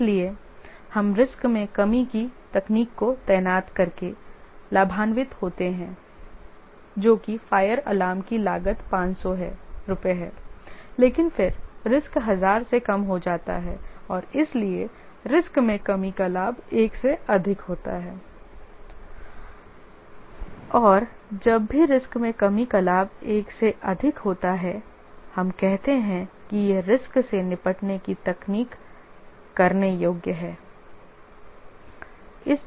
और इसलिए हम रिस्क में कमी की तकनीक को तैनात करके लाभान्वित होते हैं जो कि फायर अलार्म की लागत 500 है लेकिन फिर रिस्क 1000 से कम हो जाता है और इसलिए रिस्क में कमी का लाभ 1 से अधिक होता है और जब भी रिस्क में कमी का लाभ 1 से अधिक होता है हम कहते हैं कि यह रिस्क से निपटने की तकनीक करने योग्य है